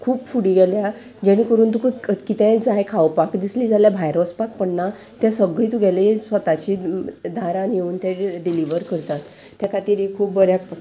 खूब फुडें गेल्या जेणें करून तुका कितेंय जाय खावपाक दिसलें जाल्यार भायर वचपाक पडना तें सगळें तुगेलें स्वताची दारान येवन ते डिलिव्हर करतात ते खातीर एक खूब बऱ्याक पडटा